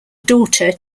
daughter